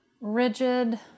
rigid